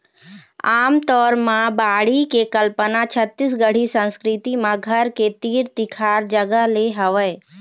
आमतौर म बाड़ी के कल्पना छत्तीसगढ़ी संस्कृति म घर के तीर तिखार जगा ले हवय